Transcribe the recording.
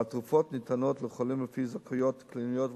והתרופות ניתנות לחולים לפי זכאויות קליניות,